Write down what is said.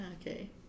okay